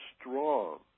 strong